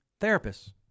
therapists